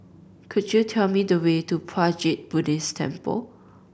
could you tell me the way to Puat Jit Buddhist Temple